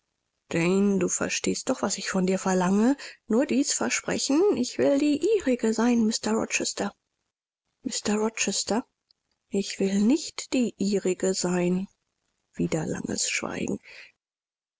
jane du verstehst doch was ich von dir verlange nur dies versprechen ich will die ihrige sein mr rochester mr rochester ich will nicht die ihrige sein wieder langes schweigen